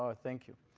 ah thank you